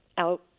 out